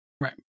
Right